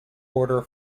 quarter